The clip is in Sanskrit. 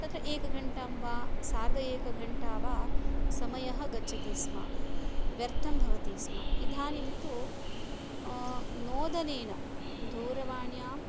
तत्र एकघण्टां वा सार्ध एकघण्टा वा समयः गच्छती स्म व्यर्थं भवति स्म इदीनीं तु नोदनेन दूरवाण्याम्